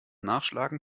nachschlagen